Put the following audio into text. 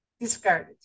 discarded